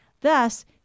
thus